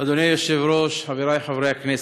אדוני היושב-ראש, חברי חברי הכנסת,